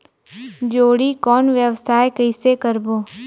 जोणी कौन व्यवसाय कइसे करबो?